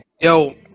Yo